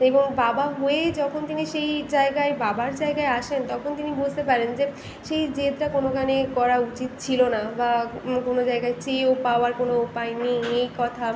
এবং বাবা হয়েই যখন তিনি সেই জায়গায় বাবার জায়গায় আসেন তখন তিনি বুঝতে পারেন যে সেই জেদটা কোনো কারণে করা উচিত ছিল না বা কোনো জায়গায় চেয়েও পাওয়ার কোনো উপায় নেই এই কথা